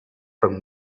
from